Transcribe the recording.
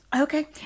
Okay